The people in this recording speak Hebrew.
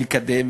ולקדם,